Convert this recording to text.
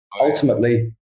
Ultimately